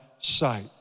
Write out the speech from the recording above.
sight